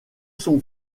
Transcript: son